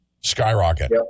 skyrocket